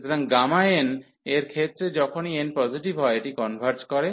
সুতরাং Γ এর ক্ষেত্রে যখনই n পজিটিভ হয় এটি কনভার্জ করে